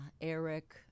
Eric